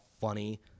funny